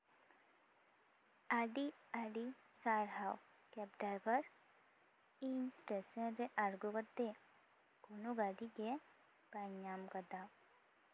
ᱟᱹᱰᱤ ᱟᱹᱰᱤ ᱥᱟᱨᱦᱟᱣ ᱠᱮᱯ ᱰᱨᱟᱭᱵᱷᱟᱨ ᱤᱧ ᱥᱴᱮᱥᱚᱱᱨᱮ ᱟᱲᱜᱳ ᱠᱟᱛᱮᱫ ᱠᱳᱱᱳ ᱜᱟᱹᱰᱤᱜᱮ ᱵᱟᱹᱧ ᱧᱟᱢ ᱟᱠᱟᱫᱟ